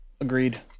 Agreed